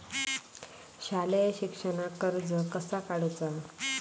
शालेय शिक्षणाक कर्ज कसा काढूचा?